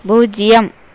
பூஜ்ஜியம்